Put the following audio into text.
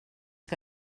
que